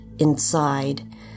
inside